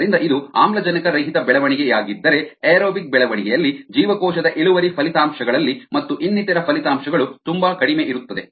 ಆದ್ದರಿಂದ ಇದು ಆಮ್ಲಜನಕರಹಿತ ಬೆಳವಣಿಗೆಯಾಗಿದ್ದರೆ ಏರೋಬಿಕ್ ಬೆಳವಣಿಗೆಯಲ್ಲಿ ಜೀವಕೋಶದ ಇಳುವರಿ ಫಲಿತಾಂಶಗಳಲ್ಲಿ ಮತ್ತು ಇನ್ನಿತರ ಫಲಿತಾಂಶಗಳು ತುಂಬಾ ಕಡಿಮೆ ಇರುತ್ತದೆ